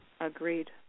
Agreed